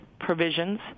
provisions